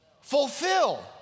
fulfill